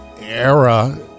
era